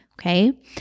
Okay